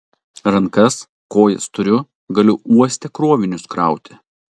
rankas kojas turiu galiu uoste krovinius krauti